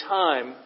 time